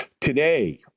Today